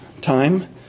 time